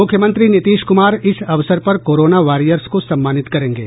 मुख्यमंत्री नीतीश कुमार इस अवसर पर कोरोना वारियर्स को सम्मानित करेंगे